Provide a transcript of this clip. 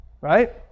Right